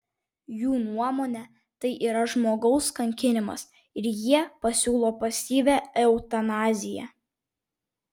jų nuomone tai yra žmogaus kankinimas ir jie pasiūlo pasyvią eutanaziją